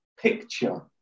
picture